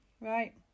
Right